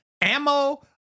ammo